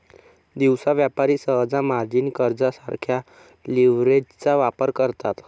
दिवसा व्यापारी सहसा मार्जिन कर्जासारख्या लीव्हरेजचा वापर करतात